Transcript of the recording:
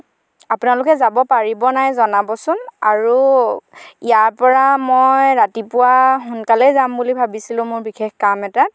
আপোনালোকে যাব পাৰিব নাই জনাবচোন আৰু ইয়াৰ পৰা মই ৰাতিপুৱা সোনকালেই যাম বুলি ভাবিছিলোঁ মোৰ বিশেষ কাম এটাত